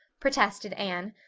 protested anne.